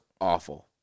awful